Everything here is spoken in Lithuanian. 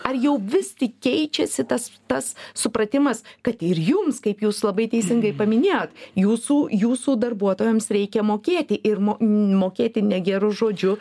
ar jau vis tik keičiasi tas tas supratimas kad ir jums kaip jūs labai teisingai paminėjot jūsų jūsų darbuotojams reikia mokėti ir mo mokėti ne geru žodžiu